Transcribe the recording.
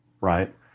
right